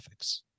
graphics